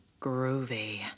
Groovy